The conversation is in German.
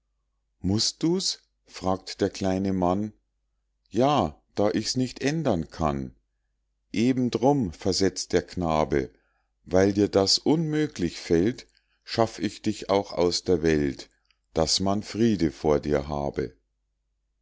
mußt du's fragt der kleine mann ja da ich's nicht ändern kann eben d'rum versetzt der knabe weil dir das unmöglich fällt schaff ich dich auch aus der welt daß man friede vor dir habe